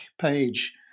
page